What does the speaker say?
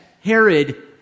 Herod